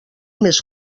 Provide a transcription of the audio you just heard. més